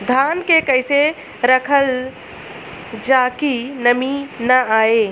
धान के कइसे रखल जाकि नमी न आए?